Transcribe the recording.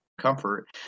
comfort